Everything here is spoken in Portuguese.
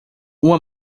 uma